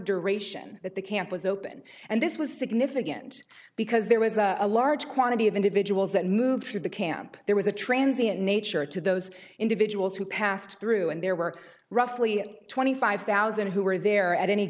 duration that the camp was open and this was significant because there was a large quantity of individuals that moved through the camp there was a transit nature to those individuals who passed through and there were roughly twenty five thousand who were there at any